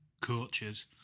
coaches